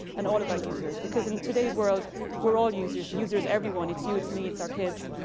and all about users. because in today's world we're all users. the user is everyone. it's you, it's me, it's our kids.